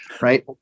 right